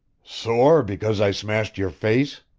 sore because i smashed your face!